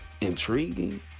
intriguing